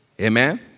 Amen